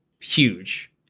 huge